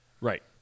Right